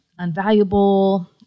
unvaluable